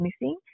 missing